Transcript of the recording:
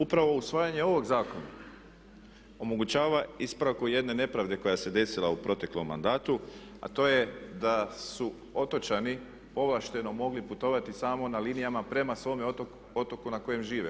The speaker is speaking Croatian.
Upravo usvajanje ovog zakona omogućava ispravku jedne nepravde koja se desila u proteklom mandatu a to je da su otočani povlašteno mogli putovati samo na linijama prema svome otoku na kojem žive.